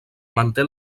manté